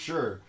Sure